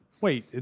wait